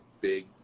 big